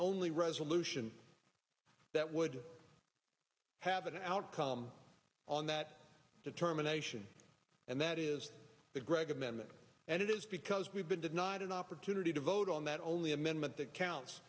only resolution that would have an outcome on that determination and that is the greg amendment and it is because we've been denied an opportunity to vote on that only amendment that counts